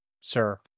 Sir